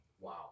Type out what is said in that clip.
Wow